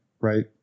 right